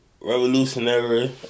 Revolutionary